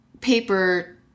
paper